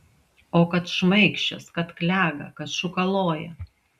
o kad šmaikščios kad klega kad šūkaloja